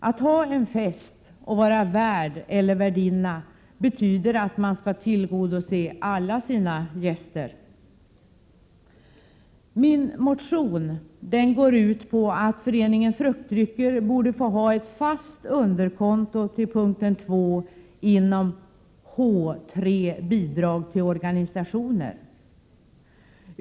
Att ha en fest och vara värd eller värdinna betyder att man skall tillgodose önskemålen från alla sina gäster. Min motion går ut på att Föreningen Fruktdrycker borde få ha ett fast underkonto till punkten 2 inom anslagsposten H 3 Bidrag till organisationer.